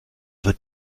wird